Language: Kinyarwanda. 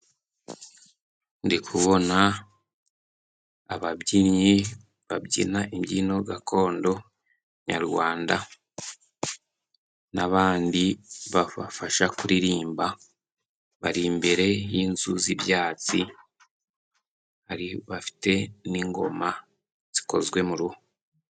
Ndi kubona ababyinnyi babyina imbyino gakondo nyarwanda, n'abandi babafasha kuririmba bari imbere y'inzu z'ibyatsi, bafite n'ingoma zikozwe mu ruhu.